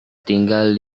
tinggal